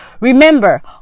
Remember